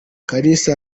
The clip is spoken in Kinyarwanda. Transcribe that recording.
kalisa